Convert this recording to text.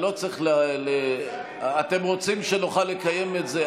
אני לא צריך, אתם רוצים שנוכל לקיים את זה?